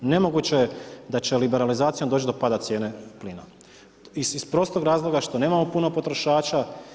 Nemoguće da će liberalizacijom doći do pada cijene plina iz prostog razloga što nemao puno potrošača.